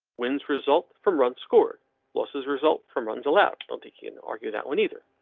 wins result from run scored losses result from runs allowed on tiki and argue that one either.